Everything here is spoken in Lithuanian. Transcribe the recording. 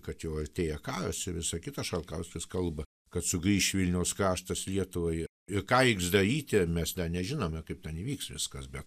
kad jau artėja karas ir visa kitą šalkauskis kalba kad sugrįš vilniaus kraštas lietuvai ir ką reiks daryti mes ten nežinome kaip ten įvyks viskas bet